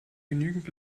genügend